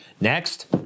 Next